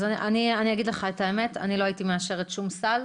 אני אגיד לך את האמת: אני לא הייתי מאשרת שום סל,